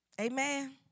Amen